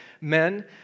men